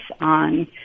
on